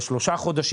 לשלושה חודשים.